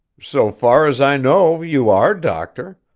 so far as i know, you are, doctor.